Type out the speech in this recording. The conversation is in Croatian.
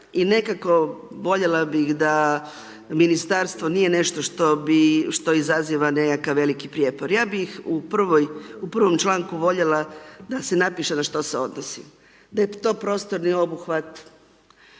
i nekako voljela bi da ministarstvo nije nešto što izaziva nekakav veliki prijepor. Ja bi u prvom članku voljela, da se napiše ono na što se odnosi. Da je to prostorni obuhvat,